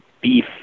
beef